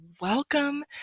welcome